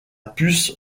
puce